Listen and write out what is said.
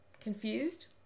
Confused